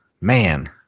man